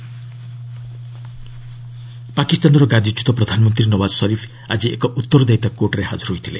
ପାକ୍ ନୱାଜ୍ ପାକିସ୍ତାନ ଗାଦିଚ୍ୟୁତ ପ୍ରଧାନମନ୍ତ୍ରୀ ନୱାଜ୍ ସରିଫ୍ ଆକି ଏକ ଉତ୍ତରଦାୟିତା କୋର୍ଟରେ ହାଜର ହୋଇଥିଲେ